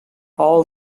all